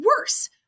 worse